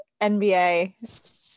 NBA